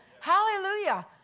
Hallelujah